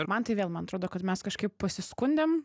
ir mantai vėl man atrodo kad mes kažkaip pasiskundėm